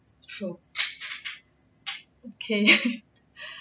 true okay